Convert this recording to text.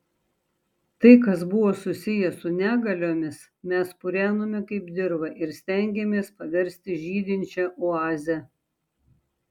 tai kas buvo susiję su negaliomis mes purenome kaip dirvą ir stengėmės paversti žydinčia oaze